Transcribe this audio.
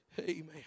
Amen